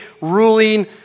ruling